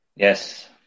Yes